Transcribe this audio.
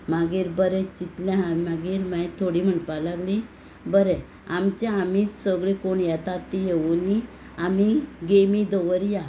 मागीर बरें चिंतलें हांव मागीर माय थोडीं म्हणपा लागलीं बरें आमचे आमीच सगळें कोण येता तीं येवुनी आमी गेमी दवरया